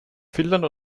finnland